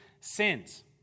sins